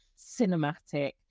cinematic